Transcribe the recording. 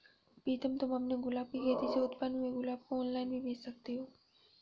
प्रीतम तुम अपने गुलाब की खेती से उत्पन्न हुए गुलाब को ऑनलाइन भी बेंच सकते हो